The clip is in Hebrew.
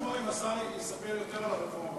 אשמח אם השר יספר על הרפורמה.